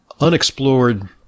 unexplored